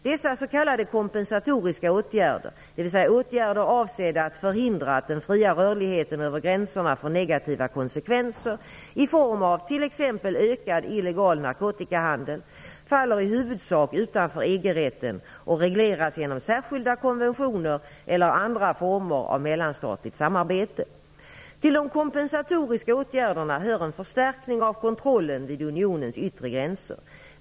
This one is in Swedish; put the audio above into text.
Dessa s.k. kompensatoriska åtgärder, dvs. åtgärder som är avsedda att förhindra att den fria rörligheten över gränserna får negativa konsekvenser i form av t.ex. ökad illegal narkotikahandel, faller i huvudsak utanför EG-rätten och regleras genom särskilda konventioner eller andra former av mellanstatligt samarbete. Till de kompensatoriska åtgärderna hör en förstärkning av kontrollen vid unionens yttre gränser.